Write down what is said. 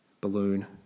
balloon